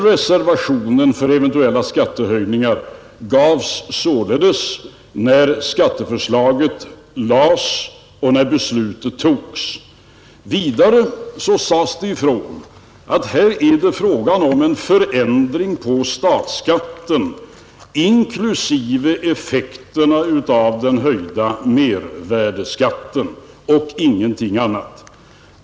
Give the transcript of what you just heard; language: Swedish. Reservationen för eventuella skattehöjningar gavs således när skatteförslaget lades fram och beslutet togs. Vidare sades ifrån att det här var fråga om en förändring på statsskatten inklusive effekterna av den höjda mervärdeskatten och ingenting annat.